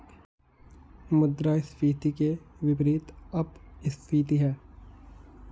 मुद्रास्फीति के विपरीत अपस्फीति है